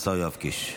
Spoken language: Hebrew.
השר יואב קיש.